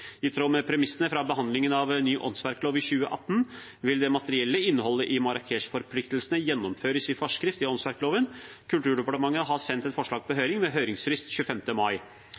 I tråd med premissene fra behandlingen av ny åndsverklov i 2018 vil det materielle innholdet i Marrakech-forpliktelsene gjennomføres i forskrift til åndsverkloven. Kulturdepartementet har sendt et forslag til høring, med høringsfrist 25. mai.